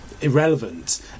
irrelevant